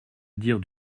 dire